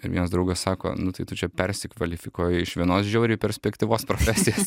ir vienas draugas sako nu tai tu čia persikvalifikuoji iš vienos žiauriai perspektyvios profesijos